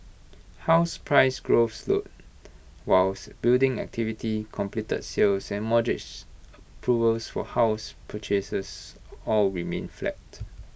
house price growth slowed whilst building activity completed sales and mortgage approvals for house purchase all remained flat